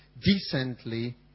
decently